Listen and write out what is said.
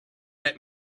let